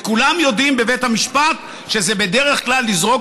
וכולם יודעים בבית המשפט שזה בדרך כלל לזרוק